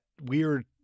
weird